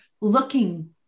looking